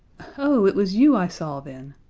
oh, it was you i saw, then?